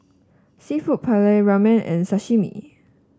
seafood Paella Ramen and Sashimi